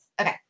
Okay